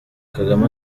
kagame